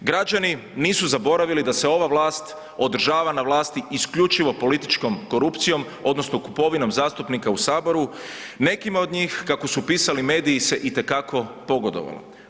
Građani nisu zaboravili da se ova vlast održava na vlasti isključivo političkom korupcijom odnosno kupovinom zastupnika u Saboru, nekima od njih kako su pisali mediji se itekako pogodovalo.